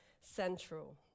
central